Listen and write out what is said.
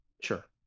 Sure